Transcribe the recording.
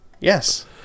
Yes